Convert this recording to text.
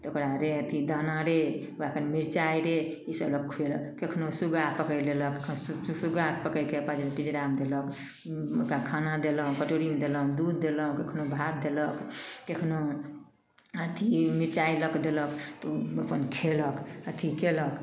तऽ ओकरा रे अथी दाना रे ओकरा कनी मिरचाइ रे ईसब लऽ कऽ खुएलक कखनहु सुग्गा पकड़ि लेलक कखनहु सुग्गा पकड़िके पजरा पिजरामे धेलक ओकरा खाना देलक कटोरीमे देलक दूध देलक कखनहु भात देलक कखनहु अथी मिरचाइ लऽके देलक तऽ ओ अपन खएलक अथी कएलक